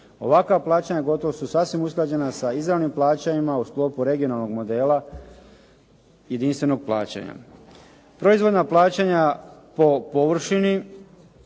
Ovakva plaćanja gotovo su sasvim usklađena sa izravnim plaćanjima u sklopu regionalnog modela jedinstvenog plaćanja. Proizvodna plaćanja po površini